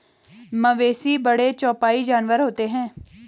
मवेशी बड़े चौपाई जानवर होते हैं